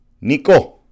Nico